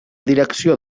direcció